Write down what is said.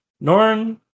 Norn